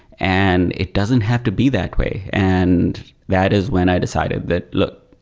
and it doesn't have to be that way. and that is when i decided that, look,